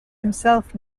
himself